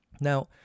Now